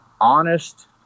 honest